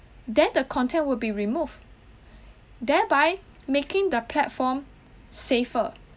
then the content will be removed thereby making the platform safer